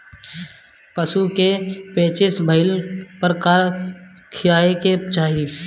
पशु क पेचिश भईला पर का खियावे के चाहीं?